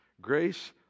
Grace